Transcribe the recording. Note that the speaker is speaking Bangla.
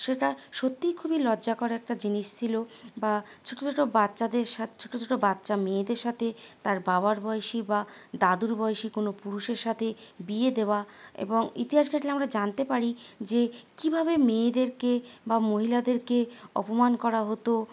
সেটা সত্যিই খুবই লজ্জাকর একটা জিনিস ছিলো বা ছোটো ছোটো বাচ্চাদের সাথে ছোটো ছোটো বাচ্চা মেয়েদের সাথে তার বাবার বয়সী বা দাদুর বয়সী কোনো পুরুষের সাথে বিয়ে দেওয়া এবং ইতিহাস ঘাঁটলে আমরা জানতে পারি যে কীভাবে মেয়েদেরকে বা মহিলাদেরকে অপমান করা হতো